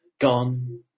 gone